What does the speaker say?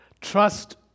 trust